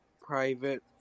private